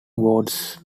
wards